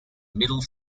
middle